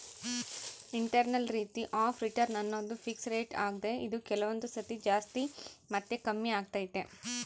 internal rate of return ಅನ್ನೋದು fix rate ಆಗ್ದೆ ಇದು ಕೆಲವೊಂದು ಸತಿ ಜಾಸ್ತಿ ಮತ್ತೆ ಕಮ್ಮಿಆಗ್ತೈತೆ